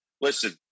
listen